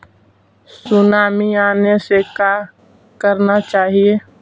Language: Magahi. सुनामी आने से का करना चाहिए?